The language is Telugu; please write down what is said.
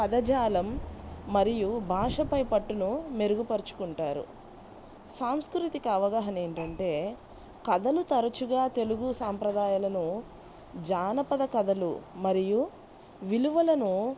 పదజాలం మరియు భాషపై పట్టును మెరుగుపరుచుకుంటారు సాంస్కృతిక అవగాహన ఏంటంటే కథలు తరచుగా తెలుగు సాంప్రదాయాలను జానపద కథలు మరియు విలువలను